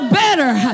better